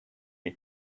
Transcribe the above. and